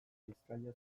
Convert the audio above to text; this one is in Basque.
bizkaia